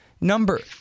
number